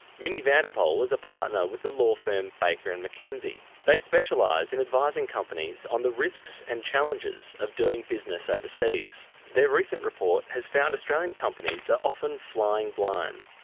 mini vandepol is a partner with the law firm baker and mckenzie. they specialise in and advising companies on the risks and challenges of doing business overseas. their recent report has found australian companies are often flying blind.